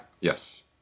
Yes